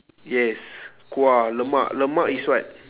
yes kuah lemak lemak is what